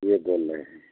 वो बोल रहे हैं